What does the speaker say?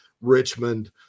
Richmond